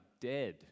dead